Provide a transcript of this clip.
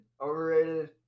overrated